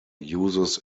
uses